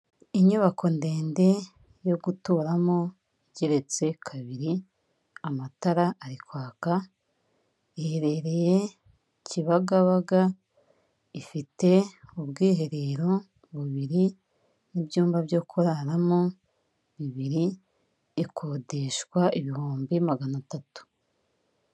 Inyubako ndende yo guturamo igeretse kabiri, amatara ari kwaka, iherereye Kibagabaga, ifite ubwiherero bubiri n'ibyumba byo kuraramo bibiri, ikodeshwa ibihumbi magana atatu.